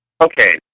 okay